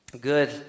Good